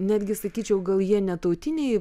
netgi sakyčiau gal jie ne tautiniai